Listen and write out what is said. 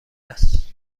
است